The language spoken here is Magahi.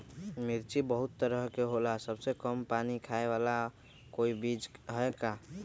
मिर्ची बहुत तरह के होला सबसे कम पानी खाए वाला कोई बीज है का?